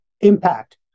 impact